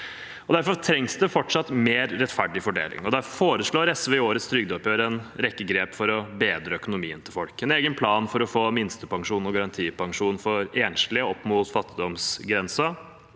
Derfor trengs det fortsatt mer rettferdig fordeling, og derfor foreslår SV i årets trygdeoppgjør en rekke grep for å bedre økonomien til folk – en egen plan for å få minstepensjon og garantipensjon for enslige opp mot fattigdomsgrensen,